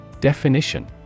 Definition